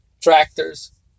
tractors